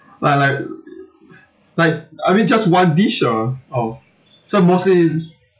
like like like I mean just one dish ah oh so mostly